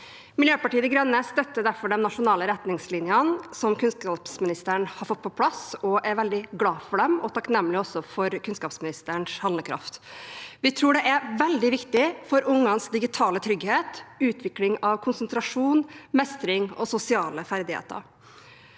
Miljøpartiet De Grønne støtter derfor de nasjonale retningslinjene som kunnskapsministeren har fått på plass, og er veldig glade for dem og også takknemlige for kunnskapsministerens handlekraft. Vi tror dette er veldig viktig for barnas digitale trygghet, utvikling av konsentrasjon, mestring og sosiale ferdigheter.